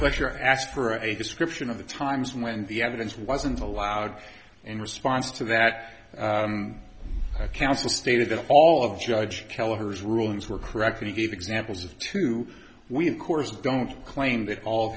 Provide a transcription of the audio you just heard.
question i asked for a description of the times when the evidence wasn't allowed in response to that council stated that all of judge kelleher's rulings were correct and he gave examples of two we of course don't claim that all of